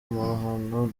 amahano